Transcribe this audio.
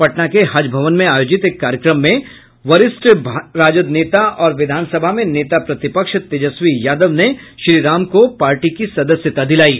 पटना के हज भवन में आयोजित एक कार्यक्रम में वरिष्ठ राजद नेता और विधानसभा में नेता प्रतिपक्ष तेजस्वी यादव ने रमई राम को पार्टी की सदस्यता दिलायी